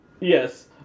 yes